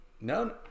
No